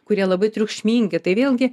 kurie labai triukšmingi tai vėlgi